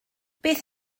beth